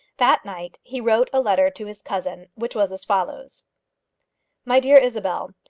that night he wrote a letter to his cousin, which was as follows my dear isabel,